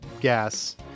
gas